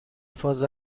فاز